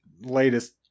latest